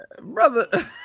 brother